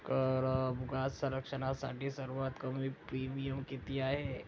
Car अपघात संरक्षणासाठी सर्वात कमी प्रीमियम किती आहे?